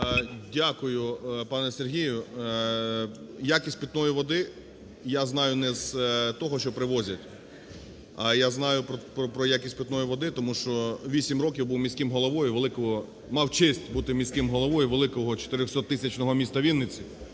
Дякую, пане Сергію. Якість питної води – я знаю не з того, що привозять, а я знаю про якість питної води, тому що 8 років був міським головою великого… мав честь бути міським головою великого, 400-тисячного міста Вінниці,